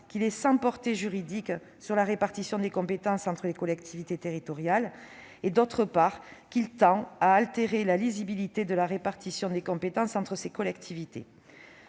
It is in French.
qu'il est sans portée juridique sur la répartition des compétences entre les collectivités territoriales et, d'autre part, qu'il tend à altérer la lisibilité de la répartition des compétences entre ces collectivités.